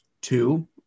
two